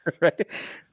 Right